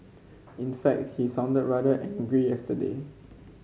in fact he sounded rather angry yesterday